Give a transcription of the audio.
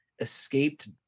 escaped